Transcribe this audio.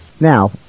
Now